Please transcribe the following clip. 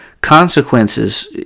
consequences